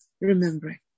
remembering